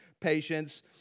patience